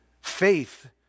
faith